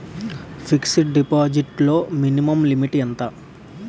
Fixed deposit లో minimum limit ఎంత?